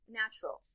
natural